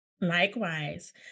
Likewise